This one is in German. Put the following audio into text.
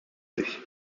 sich